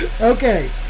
Okay